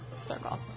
circle